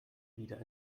wieder